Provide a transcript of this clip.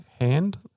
hand